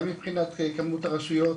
גם מבחינת כמות הרשויות,